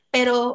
Pero